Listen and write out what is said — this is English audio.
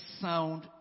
sound